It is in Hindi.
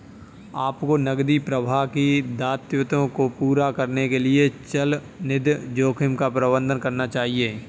आपको नकदी प्रवाह के दायित्वों को पूरा करने के लिए चलनिधि जोखिम का प्रबंधन करना चाहिए